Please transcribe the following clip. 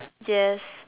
yes